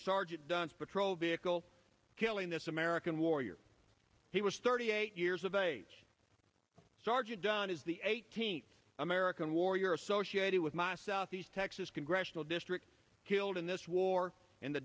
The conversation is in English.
sergeant dunn's patrol vehicle killing this american warrior he was thirty eight years of age sergeant dunn is the eighteenth american warrior associated with my southeast texas congressional district killed in this war in the